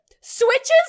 switches